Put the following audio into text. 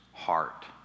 Heart